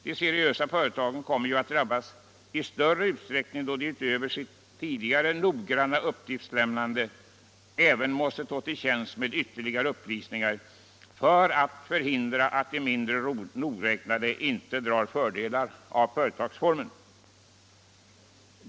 De seriösa företagen kommer ju att drabbas i större utsträckning än de mindre seriösa, då de utöver sitt tidigare noggranna uppgiftslämnande måste stå till tjänst med ytterligare upplysningar för att förhindra att de mindre nogräknade drar fördelar av företagsformen.